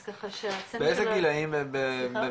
אז ככה ש- -- באיזה גילאים בממוצע?